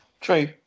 True